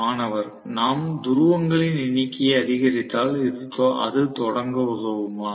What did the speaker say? மாணவர் நாம் துருவங்களின் எண்ணிக்கையை அதிகரித்தால் அது தொடங்க உதவுமா